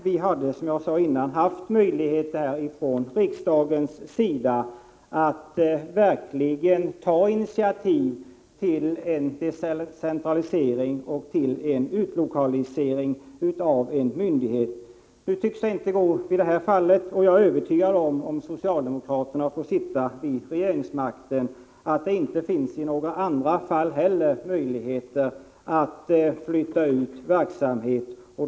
Vi hade, som jag sade tidigare, haft möjligheter från riksdagens sida att verkligen ta initiativ till en decentralisering och till en utlokalisering av en myndighet. Nu tycks det inte gå i det här fallet, och jag är övertygad om att det inte heller i några andra fall finns möjlighet att flytta ut verksamhet från Stockholm, om socialdemokraterna får sitta kvar vid regeringsmakten.